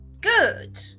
good